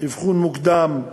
אבחון מוקדם,